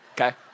Okay